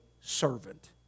servant